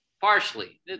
Partially